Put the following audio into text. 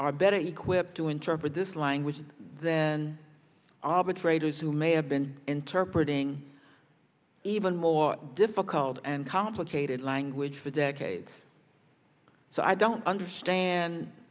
are better equipped to interpret this language and then arbitrators who may have been interpreted thing even more difficult and complicated language for decades so i don't understand